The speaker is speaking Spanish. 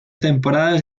temporadas